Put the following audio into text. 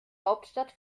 hauptstadt